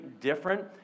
different